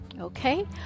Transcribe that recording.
Okay